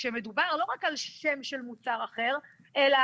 שכמדובר לא רק על שם של מוצר אחר אלא